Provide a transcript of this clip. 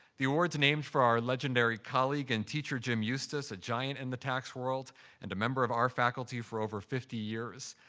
the award's named for our legendary colleague and teacher, jim eustice, a giant in the tax world and a member of our faculty for over fifty years.